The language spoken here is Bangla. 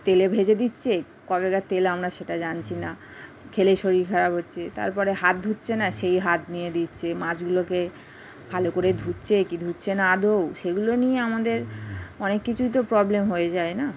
তেলে ভেজে দিচ্ছে কবেকার তেল আমরা সেটা জানছি না খেয়ে শরীর খারাপ হচ্ছে তারপরে হাত ধুচ্ছে না সেই হাত নিয়ে দিচ্ছে মাছগুলোকে ভালো করে ধুচ্ছে কি ধুচ্ছে না আদৌ সেগুলো নিয়ে আমাদের অনেক কিছুই তো প্রবলেম হয়ে যায় না